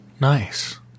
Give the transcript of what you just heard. Nice